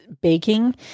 baking